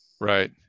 Right